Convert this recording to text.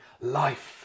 life